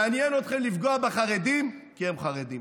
מעניין אתכם לפגוע בחרדים כי הם חרדים.